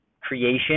creation